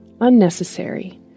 unnecessary